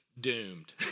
doomed